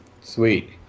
Sweet